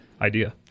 Idea